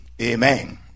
amen